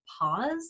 pause